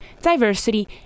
diversity